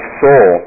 soul